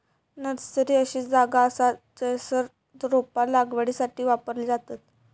nursery अशी जागा असा जयसर रोपा लागवडीसाठी वापरली जातत